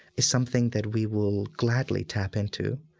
is something that we will gladly tap into.